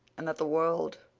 and that the world,